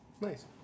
nice